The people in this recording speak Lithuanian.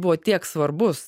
buvo tiek svarbus